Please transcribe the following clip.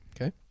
Okay